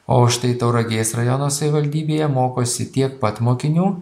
o štai tauragės rajono savivaldybėje mokosi tiek pat mokinių